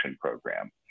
Program